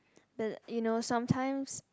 the you know sometimes